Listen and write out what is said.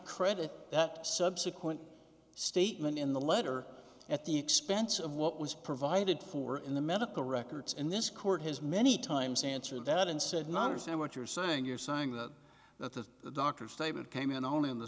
credit that subsequent statement in the letter at the expense of what was provided for in the medical records and this court has many times answered that and said none of them what you're saying you're saying that that the doctor's statement came in only in the